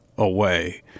away